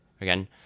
again